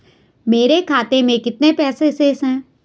मेरे खाते में कितने पैसे शेष हैं?